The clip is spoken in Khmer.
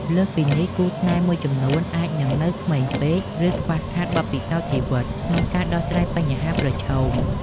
លើសពីនេះ គូស្នេហ៍មួយចំនួនអាចនឹងនៅក្មេងពេក ឬ ខ្វះខាតបទពិសោធន៍ជីវិត ក្នុងការដោះស្រាយបញ្ហាប្រឈម។